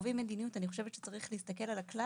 כשקובעים מדיניות אני חושבת שצריך להסתכל על הכלל